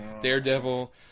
Daredevil